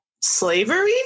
slavery